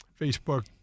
Facebook